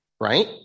right